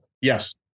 Yes